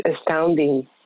astounding